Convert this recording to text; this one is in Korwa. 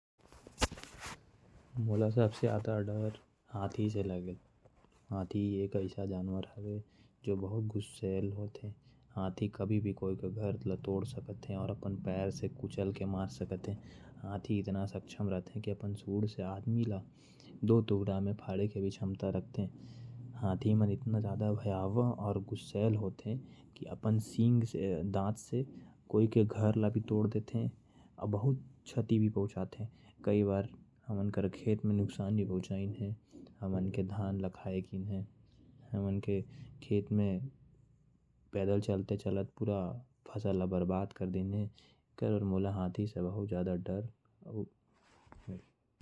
मोला सबसे ज्यादा डर हाथी से लगेल। हाथी अपन सूंड से आदमी ल उठा के पटक सकत है। अपन पैर ले कुचल सकते। हाथी हमर गांव में खेत ला भी बर्बाद कर देहिस है। हाथी से यही बर मोके डर लगेल।